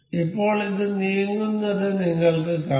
ഇപ്പോൾ ഇത് നീങ്ങുന്നത് നിങ്ങൾക്ക് കാണാം